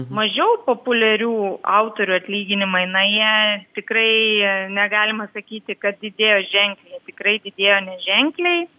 mažiau populiarių autorių atlyginimai na jie tikrai negalima sakyti kad didėjo ženkliai tikrai didėjo neženkliai